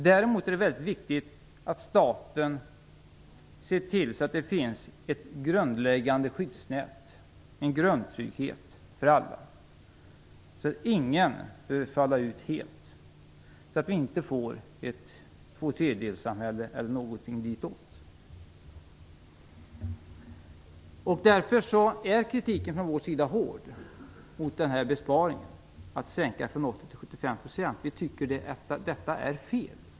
Däremot är det väldigt viktigt att staten ser till att det finns ett grundläggande skyddsnät, en grundtrygghet för alla, att ingen behöver falla ut helt, så att vi inte får ett tvåtredjedelssamhälle eller någonting ditåt. Därför är kritiken från vår sida hård när det gäller besparingen, att sänka från 80 % till 75 %. Vi tycker att detta är fel.